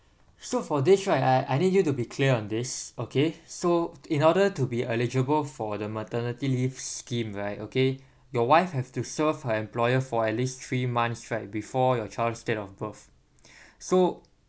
so for this right I I I need you to be clear on this okay so in order to be eligible for the maternity leave scheme right okay your wife have to serve her employer for at least three months right before your child's date of birth so